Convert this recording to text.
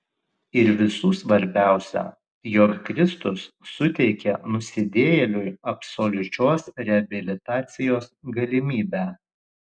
ir visų svarbiausia jog kristus suteikė nusidėjėliui absoliučios reabilitacijos galimybę